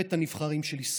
מבית הנבחרים של ישראל.